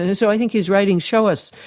and so i think his writings show us,